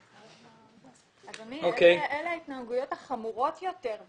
אדוני, אלה ההתנהגויות החמורות יותר.